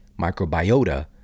microbiota